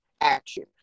action